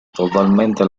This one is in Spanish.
totalmente